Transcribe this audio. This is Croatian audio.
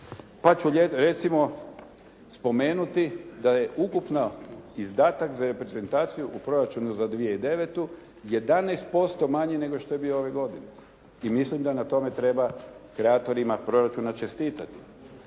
pa ću recimo spomenuti da je ukupno izdatak za reprezentaciju u proračunu za 2009. 11% manji nego što je bio ove godine i mislim da na tome treba kreatorima proračuna čestitati.